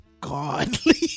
godly